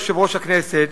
יושב-ראש הכנסת,